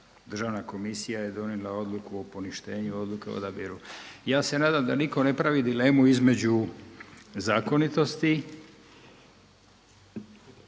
državna komisija je donijela odluku o poništenju odluke o odabiru. Ja se nadam da nitko ne pravi dilemu između zakonitosti